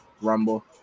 Rumble